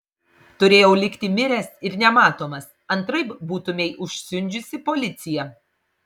turėjau likti miręs ir nematomas antraip būtumei užsiundžiusi policiją